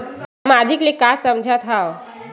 सामाजिक ले का समझ थाव?